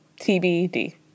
tbd